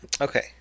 Okay